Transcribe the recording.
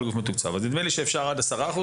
נדמה לי שאפשר עד 10%?